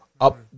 up